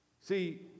See